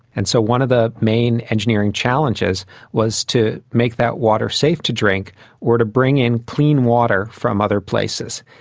and so one of the main engineering challenges was to make that water safe to drink or to bring in clean water from other places.